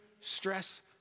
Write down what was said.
stress